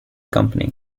company